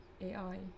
AI